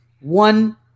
One